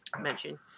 mention